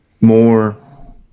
more